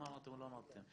אמרתם או לא אמרתם.